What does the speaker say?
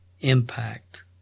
impact